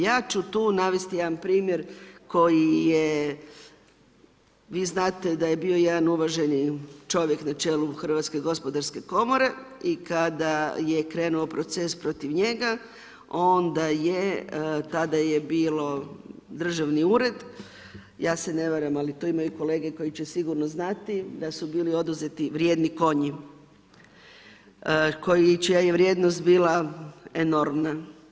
Ja ću tu navesti jedan primjer, koji je vi znate, da je bio jedan uvaženi čovjek na čelu Hrvatske gospodarske komore i kada je krenuo proces protiv njega, onda je, tada je bilo državni ured, ja se ne varam, ali tu imaju i kolege koji će sigurno znati, da su bili oduzeti vrijedni konji, čija je vrijednost bila enormna.